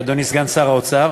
אדוני סגן שר האוצר,